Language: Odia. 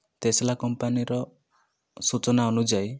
ତେସ୍ଲା କମ୍ପାନୀର ସୂଚନା ଅନୁଯାୟୀ